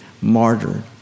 martyred